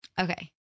Okay